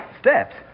Steps